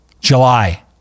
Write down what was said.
July